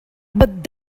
but